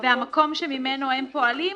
והמקום שממנו הם פועלים?